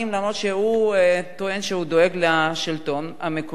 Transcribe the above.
שטוען שהוא דואג לשלטון המקומי,